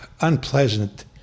unpleasant